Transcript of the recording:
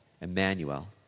Emmanuel